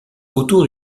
autour